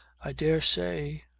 i dare say.